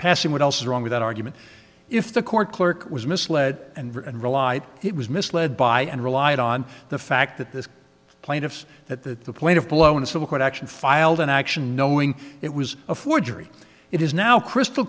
passing what else is wrong with that argument if the court clerk was misled and relied he was misled by and relied on the fact that this plaintiffs that the plaintiff blow in a civil court action filed an action knowing it was a forgery it is now crystal